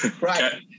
Right